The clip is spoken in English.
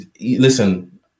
Listen